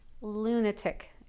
lunatic